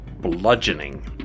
bludgeoning